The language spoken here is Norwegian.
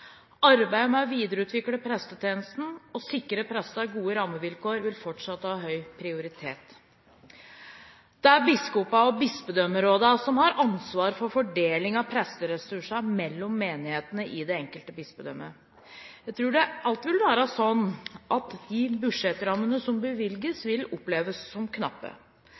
Arbeidet med å videreutvikle prestetjenesten og sikre prestene gode rammevilkår vil fortsatt ha høy prioritet. Det er biskopene og bispedømmerådene som har ansvaret for fordeling av presteressurser mellom menighetene i det enkelte bispedømme. Jeg tror det alltid vil være slik at de budsjettrammene som bevilges, vil oppleves som knappe.